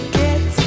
get